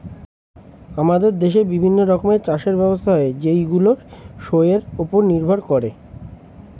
আমাদের দেশে বিভিন্ন রকমের চাষের ব্যবস্থা হয় যেইগুলো শোয়ের উপর নির্ভর করে